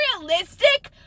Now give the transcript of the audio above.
unrealistic